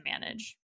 manage